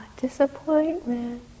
disappointment